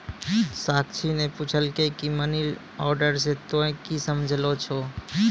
साक्षी ने पुछलकै की मनी ऑर्डर से तोंए की समझै छौ